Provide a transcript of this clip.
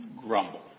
grumble